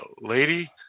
Lady